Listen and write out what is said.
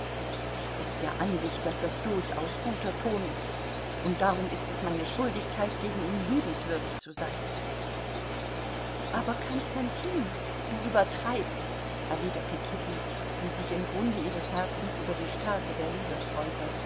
er ist der ansicht daß das durchaus guter ton ist und darum ist es meine schuldigkeit gegen ihn liebenswürdig zu sein aber konstantin du übertreibst erwiderte kitty die sich im grunde ihres herzens über die stärke der liebe freute